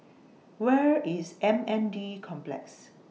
Where IS M N D Complex